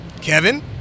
Kevin